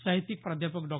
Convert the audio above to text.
साहित्यिक प्राध्यापक डॉ